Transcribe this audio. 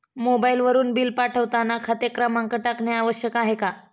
मोबाईलवरून बिल पाठवताना खाते क्रमांक टाकणे आवश्यक आहे का?